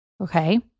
Okay